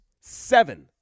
Seven